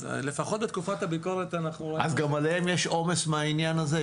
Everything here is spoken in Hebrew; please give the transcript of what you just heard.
אז גם עליהם יש עומס מהעניין הזה,